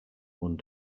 one